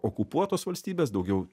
okupuotos valstybės daugiau